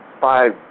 five